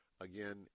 again